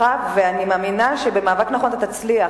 ואני מאמינה שבמאבק נכון אתה תצליח.